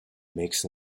makes